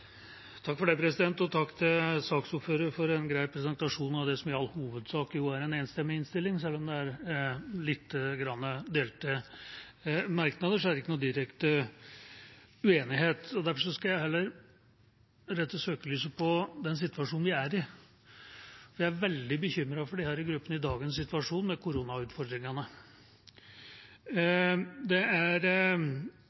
til saksordføreren for en grei presentasjon av det som i all hovedsak er en enstemmig innstilling. Selv om det er litt delte merknader, er det ikke noen direkte uenighet. Derfor skal jeg heller rette søkelyset på den situasjonen vi er i. Jeg er veldig bekymret for disse gruppene i dagens situasjon med koronautfordringene.